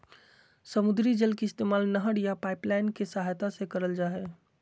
समुद्री जल के इस्तेमाल नहर या पाइपलाइन के सहायता से करल जा हय